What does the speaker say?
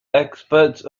experts